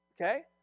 Okay